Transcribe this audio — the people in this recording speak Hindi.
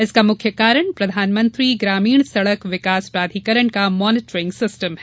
इसका मुख्य कारण प्रधानमंत्री ग्रामीण सड़क विकास प्राधिकरण का मॉनीटरिंग सिस्टम है